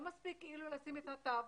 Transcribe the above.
לא מספיק לשים את התו.